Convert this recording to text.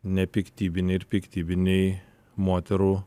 nepiktybiniai ir piktybiniai moterų